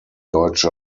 deutsche